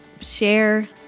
share